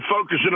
focusing